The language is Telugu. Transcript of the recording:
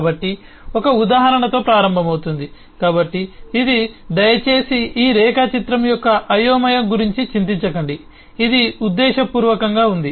కాబట్టి ఒక ఉదాహరణతో ప్రారంభమవుతుంది కాబట్టి ఇది దయచేసి ఈ రేఖాచిత్రం యొక్క అయోమయ గురించి చింతించకండి ఇది ఉద్దేశపూర్వకంగా ఉంది